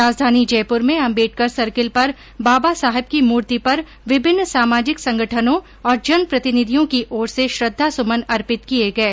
राजधानी जयपुर में अम्बेडकर सर्किल पर बाबा साहब की मूर्ति पर विभिन्न सामाजिक संगठनों और जनप्रतिनिधियों की ओर से श्रद्धा सुमन अर्पित किए गए